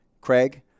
Craig